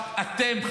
או שאתם,